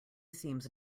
seems